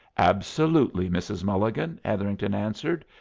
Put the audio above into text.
absolutely, mrs. mulligan, hetherington answered.